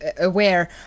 aware